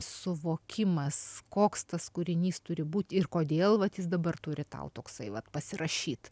suvokimas koks tas kūrinys turi būt ir kodėl vat jis dabar turi tau toksai vat pasirašyt